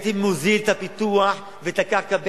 הייתי מוזיל את הפיתוח ואת הקרקע,